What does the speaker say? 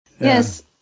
Yes